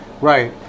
right